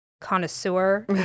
connoisseur